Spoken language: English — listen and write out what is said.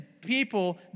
people